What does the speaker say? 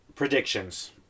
Predictions